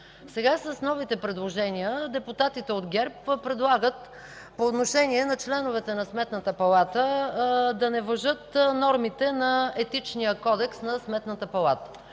Сега, с новите предложения, депутатите от ГЕРБ предлагат по отношение на членовете на Сметната палата да не важат нормите на Етичния кодекс на Сметната палата.